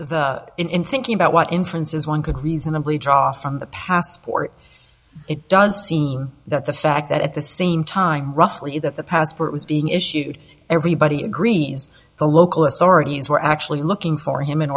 in thinking about what inferences one could reasonably draw from the passport it does seem that the fact that at the same time roughly that the passport was being issued everybody green's the local authorities were actually looking for him in